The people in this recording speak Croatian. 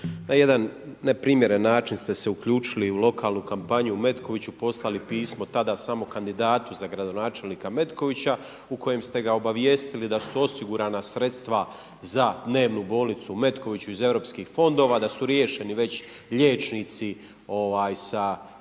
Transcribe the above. na jedan neprimjeren način ste se uključili u lokalnu kampanju u Metkoviću, poslali pismo tada samo kandidatu za gradonačelnika Metkovića, u kojem ste ga obavijestili da su osigurana sredstva za dnevnu bolnicu u Metkoviću iz Europskih fondova, da su riješeni već liječnici sa bolnicom